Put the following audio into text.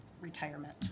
retirement